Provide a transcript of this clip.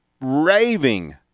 raving